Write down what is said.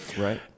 right